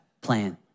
plan